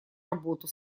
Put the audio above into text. работу